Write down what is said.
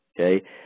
okay